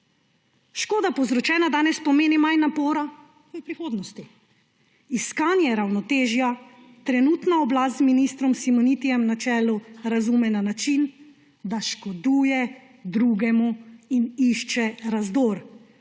Škoda, povzročena danes, pomeni manj napora v prihodnosti. Iskanje ravnotežja trenutna oblast z ministrom Simonitijem na čelu razume na način, da škoduje drugemu in išče razdor,